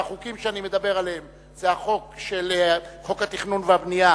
והחוקים שאני מדבר עליהם הם חוק התכנון והבנייה,